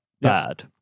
bad